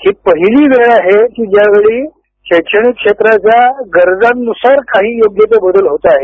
हि पहिली वेळ आहे की ज्यावेळी शैक्षणिक क्षेत्राच्या गरजानुसार काही बदल होत आहेत